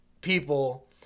people